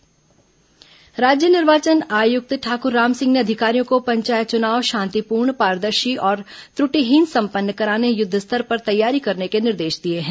पंचायत चुनाव राज्य निर्वाचन आयुक्त ठाकुर रामसिंह ने अधिकारियों को पंचायत चुनाव शांतिपूर्ण पारदर्शी और त्र्टिहीन संपन्न कराने युद्धस्तर पर तैयारी करने के निर्देश दिए हैं